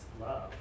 love